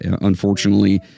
unfortunately